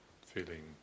feeling